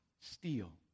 steal